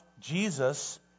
Jesus